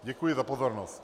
Děkuji za pozornost.